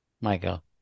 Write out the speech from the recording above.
michael